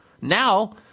now